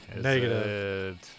Negative